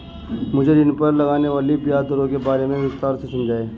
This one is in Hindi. मुझे ऋण पर लगने वाली ब्याज दरों के बारे में विस्तार से समझाएं